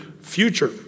future